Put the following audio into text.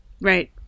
right